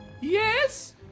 Yes